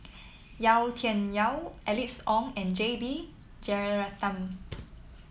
Yau Tian Yau Alice Ong and J B Jeyaretnam